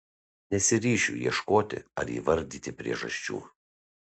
nesiryšiu ieškoti ar įvardyti priežasčių